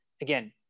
again